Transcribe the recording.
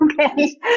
Okay